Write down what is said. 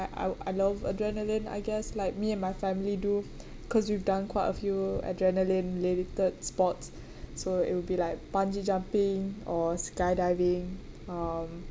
I I I love adrenaline I guess like me and my family do because we've done quite a few adrenaline related sports so it'll be like bungee jumping or skydiving um